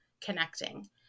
connecting